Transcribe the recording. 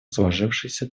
сложившейся